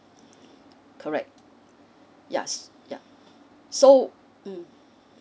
correct yes yup so mm